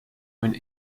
went